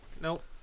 Nope